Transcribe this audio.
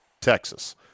Texas